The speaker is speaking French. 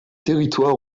territoire